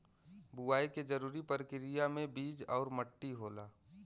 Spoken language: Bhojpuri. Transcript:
बुवाई के जरूरी परकिरिया में बीज आउर मट्टी होला